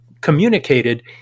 communicated